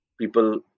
people